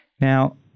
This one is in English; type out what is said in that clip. Now